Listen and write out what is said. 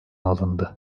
alındı